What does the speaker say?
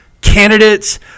candidates